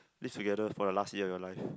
live together for the last year of life